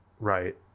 right